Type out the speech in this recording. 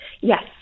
Yes